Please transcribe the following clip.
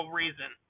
reason